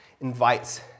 invites